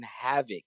havoc